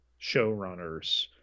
showrunners